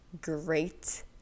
great